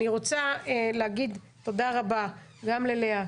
אני רוצה להגיד תודה רבה גם ללאה,